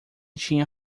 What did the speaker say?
tinha